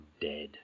dead